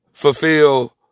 Fulfill